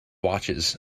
watches